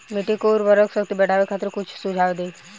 मिट्टी के उर्वरा शक्ति बढ़ावे खातिर कुछ सुझाव दी?